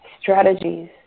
strategies